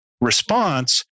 response